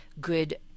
good